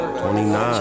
29